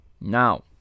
Now